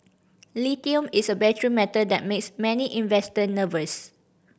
Lithium is a battery metal that makes many investor nervous